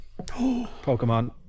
Pokemon